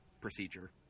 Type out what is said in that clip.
procedure